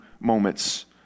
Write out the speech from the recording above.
moments